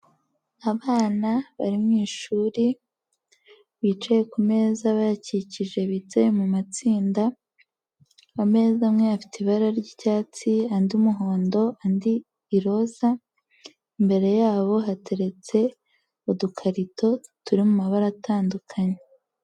Abana bari mu ishuri, bicaye ku meza bayakikije bicaye mu matsinda, ameza amwe afite ibara ry'icyatsi, andi umuhondo, andi iroza, imbere yabo hateretse udukarito turi mu mabara atandukanye.